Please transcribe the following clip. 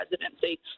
presidency